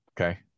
Okay